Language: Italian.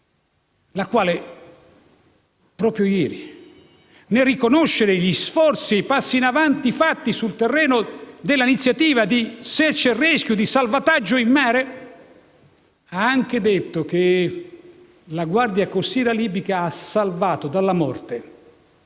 la quale proprio ieri, nel riconoscere gli sforzi e i passi in avanti fatti sul terreno dell'iniziativa di salvataggio in mare - *search and rescue* - ha anche detto che la Guardia costiera libica ha salvato dalla morte